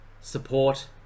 support